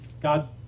God